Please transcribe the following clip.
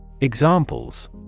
Examples